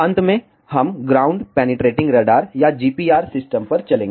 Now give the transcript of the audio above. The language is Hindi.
अंत में हम ग्राउंड पेनिट्रेटिंग रडार या GPR सिस्टम पर चलेंगे